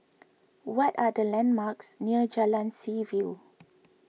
what are the landmarks near Jalan Seaview